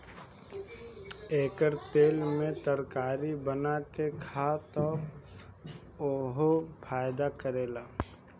एकर तेल में तरकारी बना के खा त उहो फायदा करेला